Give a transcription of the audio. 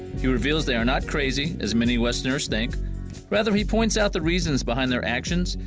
he reveals they are not crazy as many westerners think rather he points out the reasons behind their actions,